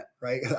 right